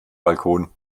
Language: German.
balkon